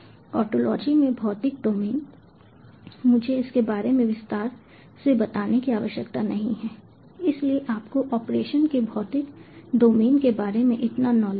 ontology में भौतिक domain मुझे इसके बारे में विस्तार से बताने की आवश्यकता नहीं है इसलिए आपको ऑपरेशन के भौतिक डोमेन के बारे में इतना नॉलेज है